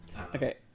okay